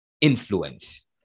influence